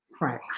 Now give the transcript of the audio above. right